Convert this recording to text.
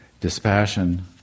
dispassion